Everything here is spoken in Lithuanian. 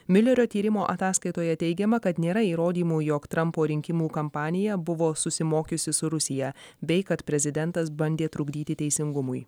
milerio tyrimo ataskaitoje teigiama kad nėra įrodymų jog trampo rinkimų kampanija buvo susimokiusi su rusija bei kad prezidentas bandė trukdyti teisingumui